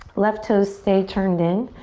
left to stay turned in.